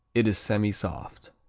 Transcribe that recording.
it is semisoft.